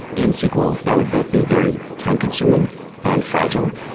in sql that would both be very time consuming and fragile.